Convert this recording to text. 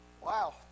Wow